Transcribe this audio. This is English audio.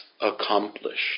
accomplished